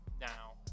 now